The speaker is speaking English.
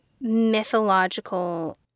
mythological